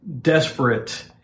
desperate